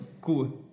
cool